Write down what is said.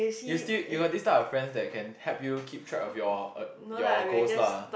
you still you got this type of friends that can help you keep track of your eh your goals lah